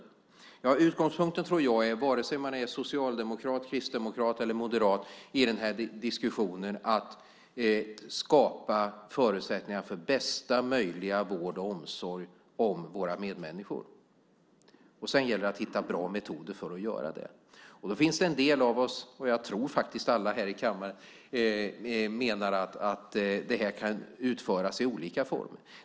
Jag tror att utgångspunkten, vare sig man är socialdemokrat, kristdemokrat eller moderat, i den här diskussionen är att skapa förutsättningar för bästa möjliga vård och omsorg om våra medmänniskor. Och sedan gäller det att hitta bra metoder för att göra det. Då finns det en del av oss - jag tror att det är alla här i kammaren - som menar att det här kan utföras i olika former.